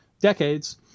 decades